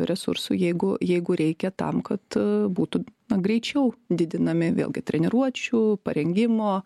resursų jeigu jeigu reikia tam kad būtų na greičiau didinami vėlgi treniruočių parengimo